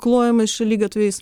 klojamais šaligatviais